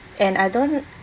and I don't